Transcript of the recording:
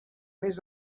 més